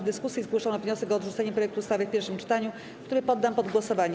W dyskusji zgłoszono wniosek o odrzucenie projektu ustawy w pierwszym czytaniu, który poddam pod głosowanie.